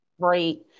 Great